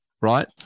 right